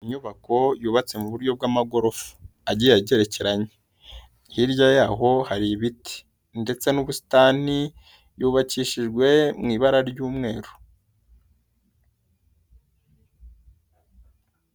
Inyubako yubatse mu buryo bw'amagorofa agiye agerekeranye. Hirya yaho hari ibiti ndetse n'ubusitani, yubakishijwe mu ibara ry'umweru.